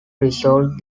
resolve